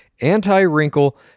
anti-wrinkle